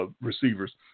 Receivers